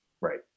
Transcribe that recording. right